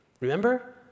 Remember